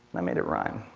i made it rhyme.